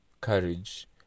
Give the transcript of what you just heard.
courage